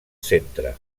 centre